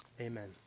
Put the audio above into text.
Amen